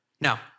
Now